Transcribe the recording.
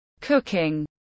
cooking